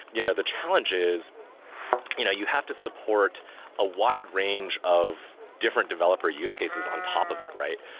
you know the challenge is you know you have to support a wide range of different developer use cases on top of it, right?